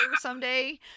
someday